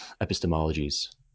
epistemologies